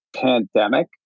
pandemic